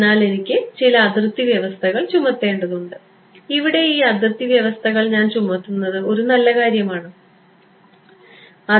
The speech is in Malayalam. അതിനാൽ എനിക്ക് ചില അതിർത്തി വ്യവസ്ഥകൾ ചുമത്തേണ്ടതുണ്ട് ഇവിടെ ഈ അതിർത്തി വ്യവസ്ഥകൾ ഞാൻ ചുമത്തുന്നത് ഒരു നല്ല കാര്യമാണോ